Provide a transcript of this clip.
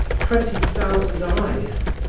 twenty thousand eyes.